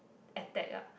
attack ah